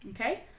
Okay